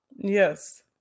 Yes